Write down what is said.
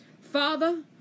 Father